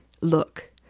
look